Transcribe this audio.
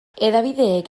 hedabideek